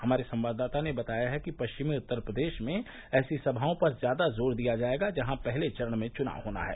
हमारे संवाददाता ने बताया है कि पश्चिमी उत्तरी प्रदेश में ऐसी सभाओं पर ज्यादा जोर दिया जाएगा जहां पहले चरण में चुनाव होना है